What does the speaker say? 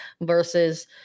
versus